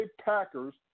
Packers